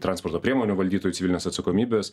transporto priemonių valdytojų civilinės atsakomybės